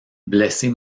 blessée